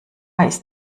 ist